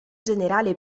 generale